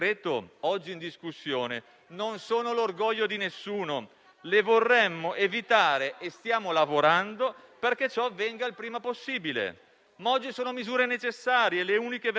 ma oggi sono misure necessarie, le uniche veramente efficaci per contenere i contagi, almeno fino a quando la campagna vaccinale non avrà fatto calare drasticamente il numero dei malati